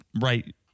right